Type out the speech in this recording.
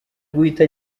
guhita